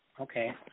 Okay